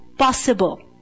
possible